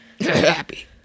Happy